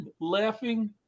Laughing